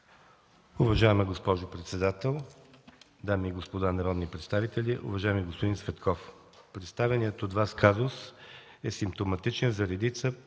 Уважаема госпожо председател, дами и господа народни представители! Уважаеми господин Цветков, представеният от Вас казус е симптоматичен за редица